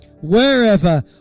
wherever